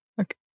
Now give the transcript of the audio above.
Okay